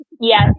Yes